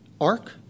ark